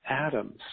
atoms